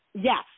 Yes